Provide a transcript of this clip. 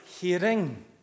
hearing